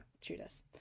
Judas